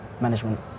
management